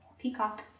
peacock